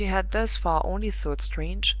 which he had thus far only thought strange,